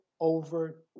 over